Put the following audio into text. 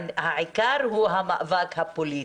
העיקר הוא המאבק הפוליטי,